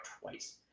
twice